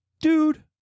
Dude